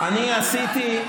הן עדיין